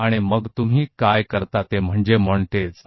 आप इसे डालते हैं और फिर आप जो करते हैं वह असेंबल का रूप है